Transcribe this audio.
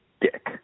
dick